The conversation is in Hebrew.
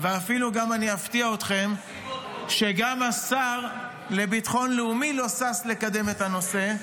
ואפילו אפתיע אתכם שגם השר לביטחון לאומי לא שש לקדם את הנושא,